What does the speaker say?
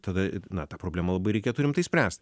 tada na tą problemą labai reikėtų rimtai spręst